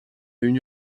une